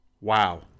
Wow